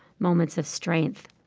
moments of strength